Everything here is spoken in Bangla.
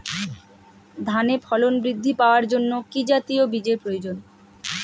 ধানে ফলন বৃদ্ধি পাওয়ার জন্য কি জাতীয় বীজের প্রয়োজন?